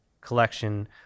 collection